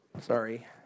Sorry